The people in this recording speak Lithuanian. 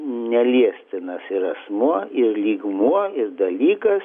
neliestinas ir asmuo ir lygmuo ir dalykas